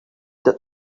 that